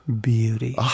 beauty